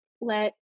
let